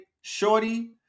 shorty